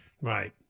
Right